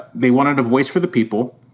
they wanted a voice for the people,